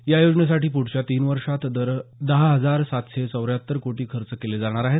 या योजनेसाठी पुढच्या तीन वर्षांत दहा हजार सातशे चौऱ्याहत्तर कोटी खर्च केले जाणार आहेत